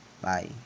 bye